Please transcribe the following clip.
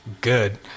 good